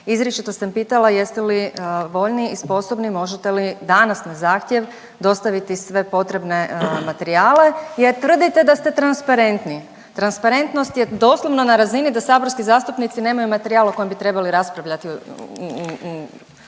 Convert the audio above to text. Izričito sam pitala jeste li voljni i sposobni, možete li danas na zahtjev dostaviti sve potrebne materijale jer tvrdite da ste transparentni. Transparentnost je doslovno na razini da saborski zastupnici nemaju materijal o kojem bi trebali raspravljati